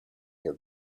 your